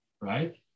right